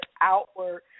outward